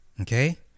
okay